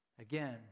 Again